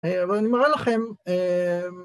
אני מראה לכם